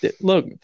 look